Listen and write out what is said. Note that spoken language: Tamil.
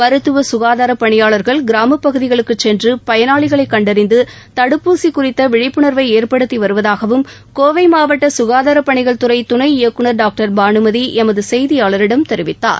மருத்துவ சுகாதார பணியாளர்கள் கிராமப்பகுதிகளுக்குச் சென்று பயனாளிகளை கண்டறிந்து தடுப்பூசி குறித்த விழிப்புணர்வை ஏற்படுத்தி வருவதாகவும் கோவை மாவட்ட சுகாதாரப் பணிகள் துறை துணை இயக்குநர் டாக்டர் பானுமதி எமது செய்தியாளரிடம் தெரிவித்தார்